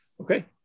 Okay